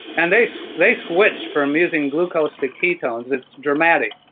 and they so they switch from using glucose to ketones, it's dramatic.